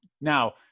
Now